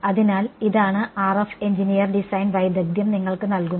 അതിനാൽ ഇതാണ് RF engineer design വൈദഗ്ദ്ധ്യം നിങ്ങൾക്ക് നൽകുന്നത്